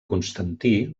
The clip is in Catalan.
constantí